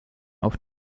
auf